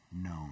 known